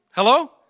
Hello